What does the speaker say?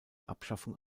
abschaffung